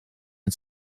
het